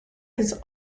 has